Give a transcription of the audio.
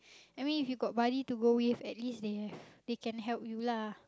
I mean if you got buddy to go with at least they have they can help you lah